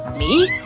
me?